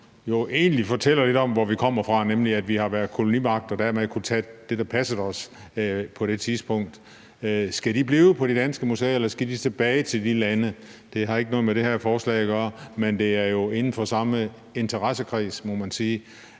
jo egentlig fortæller lidt om, hvor vi kommer fra, nemlig at vi har været en kolonimagt og dermed har kunnet tage det, der passede os på det tidspunkt. Skal de blive på de danske museer, eller skal de tilbage til de lande? Det har ikke noget med det her forslag at gøre, men det er jo inden for den samme interessekreds, må man sige,